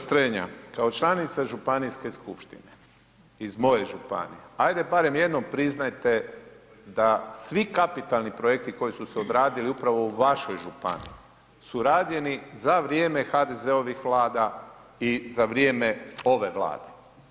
Strenja kao članica županijske skupštine iz moje županije, ajde barem jednom priznajte da svi kapitalni projekti koji su se odradili upravo u vašoj županiji su rađeni za vrijeme HDZ-ovih vlada i za vrijeme ove Vlade.